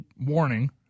warning